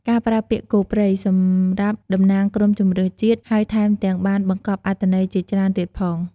ការប្រើពាក្យ "គោព្រៃ" សម្រាប់តំណាងក្រុមជម្រើសជាតិ ហើយថែមទាំងបានបង្កប់អត្ថន័យជាច្រើនទៀតផង។